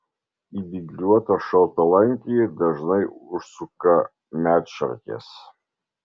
į dygliuotą šaltalankį dažnai užsuka medšarkės